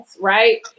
Right